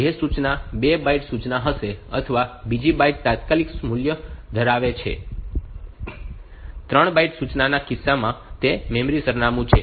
તેથી જ તે સૂચના 2 બાઈટ સૂચના હશે અથવા બીજી બાઈટ તાત્કાલિક મૂલ્ય ધરાવે છે અને 3 બાઇટ સૂચનાના કિસ્સામાં તે મેમરી સરનામું છે